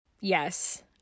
yes